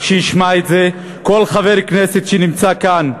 שישמע את זה, כל חבר כנסת שנמצא כאן,